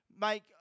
make